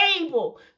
able